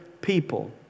people